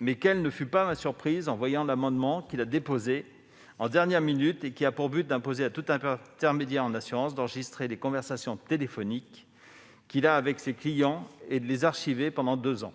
mais quelle ne fut pas ma surprise en voyant l'amendement qu'il a déposé en dernière minute et qui a pour but d'imposer à tout intermédiaire en assurances d'enregistrer ses conversations téléphoniques avec ses clients et de les archiver pendant deux ans,